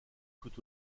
tout